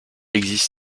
existe